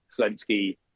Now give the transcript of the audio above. Zelensky